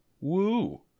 Woo